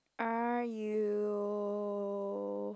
are you